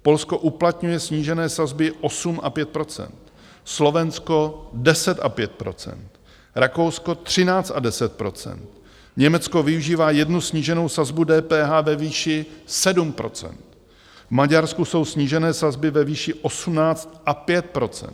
Polsko uplatňuje snížené sazby 8 a 5 %, Slovensko 10 a 5 %, Rakousko 13 a 10 %, Německo využívá jednu sníženou sazbu DPH ve výši 7 %, v Maďarsku jsou snížené sazby ve výši 18 a 5 %.